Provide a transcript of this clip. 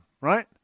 right